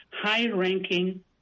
high-ranking